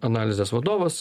analizės vadovas